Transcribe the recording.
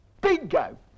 Bingo